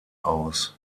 aus